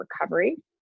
recovery